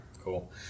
cool